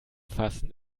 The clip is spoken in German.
fassen